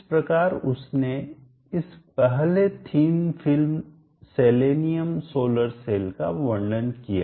इस प्रकार उसने इस पहले thin film selenium solar cell का वर्णन किया